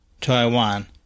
Taiwan